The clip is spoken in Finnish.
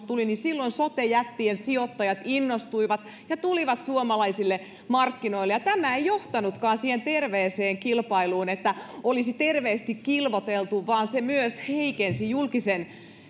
tulivat sote jättien sijoittajat innostuivat ja tulivat suomalaisille markkinoille tämä ei johtanutkaan terveeseen kilpailuun että olisi terveesti kilvoiteltu vaan se myös heikensi julkisen